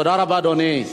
תודה רבה, אדוני.